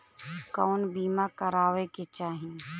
कउन बीमा करावें के चाही?